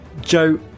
Joe